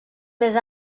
més